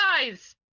guys